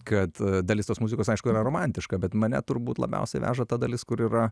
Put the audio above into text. kad dalis tos muzikos aišku yra romantiška bet mane turbūt labiausiai veža ta dalis kur yra